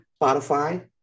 Spotify